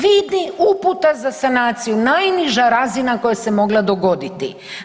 Vidi, uputa za sanaciju, najniža razina koja se mogla dogoditi.